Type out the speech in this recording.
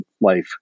life